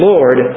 Lord